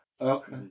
Okay